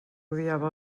odiava